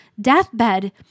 deathbed